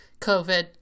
COVID